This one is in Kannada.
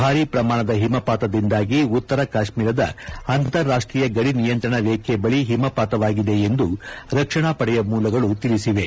ಭಾರಿ ಪ್ರಮಾಣದ ಹಿಮಪಾತದಿಂದಾಗಿ ಉತ್ತರ ಕಾಶ್ನೀರದ ಅಂತಾರಾಷ್ಷೀಯ ಗಡಿ ನಿಯಂತ್ರಣ ರೇಖೆ ಬಳಿ ಹಿಮಪಾತವಾಗಿದೆ ಎಂದು ರಕ್ಷಣಾ ಪಡೆಯ ಮೂಲಗಳು ತಿಳಿಸಿವೆ